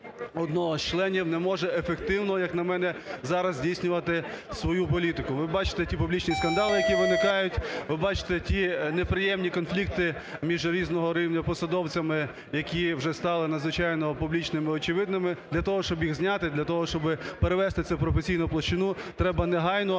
одного з членів не може ефективно, як на мене, зараз здійснювати свою політику. Ви бачите ті публічні скандали, які виникають, ви бачите ті неприємні конфлікти між різного рівня посадовцями, які вже стали надзвичайно публічними і очевидними, для того, щоб їх зняти і для того, щоб перевести цю професійну площину, треба негайно